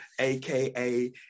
AKA